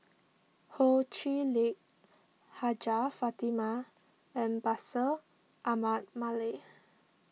Ho Chee Lick Hajjah Fatimah and Bashir Ahmad Mallal